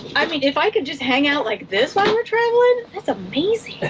i mean, if i could just hang out like this while we're traveling, that's amazing.